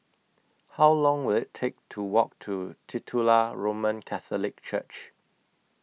How Long Will IT Take to Walk to Titular Roman Catholic Church